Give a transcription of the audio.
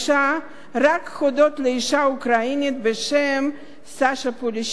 לאשה אוקראינית בשם סאשה פולישוק שהצילה אותם.